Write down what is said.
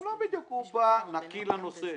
הוא בא נקי לנושא.